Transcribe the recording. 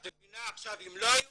את מבינה, אם לא היו